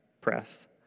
press